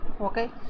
okay